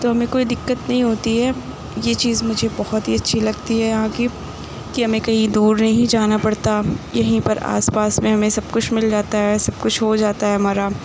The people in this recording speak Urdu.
تو ہمیں کوئی دقت نہیں ہوتی ہے یہ چیز مجھے بہت ہی اچھی لگتی ہے یہاں کی کہ ہمیں کہیں دور نہیں جانا پڑتا یہیں پر آس پاس میں ہمیں سب کچھ مل جاتا ہے سب کچھ ہو جاتا ہے ہمارا